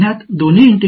மாணவர் தெரியவில்லை